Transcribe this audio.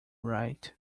right